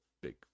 big